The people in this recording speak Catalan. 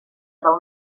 del